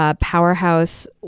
powerhouse